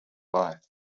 life